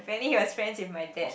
apparently he was friends with my dad